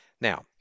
Now